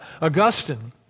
Augustine